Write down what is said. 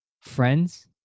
friends